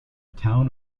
town